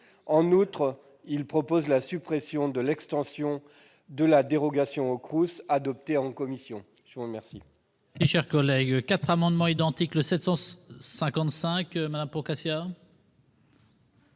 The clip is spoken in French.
en outre la suppression de l'extension de la dérogation aux CROUS, adoptée en commission.